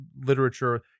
literature